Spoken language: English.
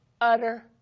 utter